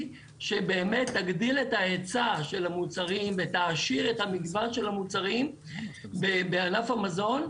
שתגדיל את ההיצע של המוצרים ותעשיר את המגוון של המוצרים בענף המזון,